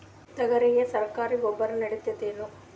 ತೊಗರಿಗ ಸರಕಾರಿ ಗೊಬ್ಬರ ನಡಿತೈದೇನು?